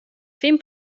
fin